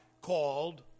called